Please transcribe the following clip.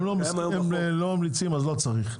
אם לא ממליצים אז לא צריך,